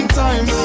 time